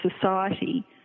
society